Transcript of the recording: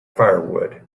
firewood